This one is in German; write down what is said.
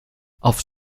auf